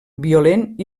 violent